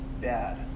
bad